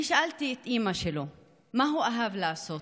שאלתי את אימא שלו: מה הוא אהב לעשות?